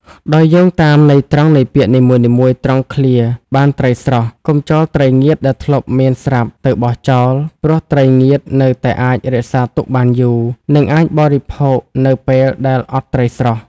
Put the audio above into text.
ដោយយោងតាមន័យត្រង់នៃពាក្យនីមួយៗ ត្រង់ឃ្លា បានត្រីស្រស់ កុំចោលត្រីងៀតដែលធ្លាប់មានស្រាប់ទៅបោះចោល ព្រោះត្រីងៀតនៅតែអាចរក្សាទុកបានយូរ និងអាចបរិភោគនៅពេលដែលអត់ត្រីស្រស់។